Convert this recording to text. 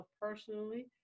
personally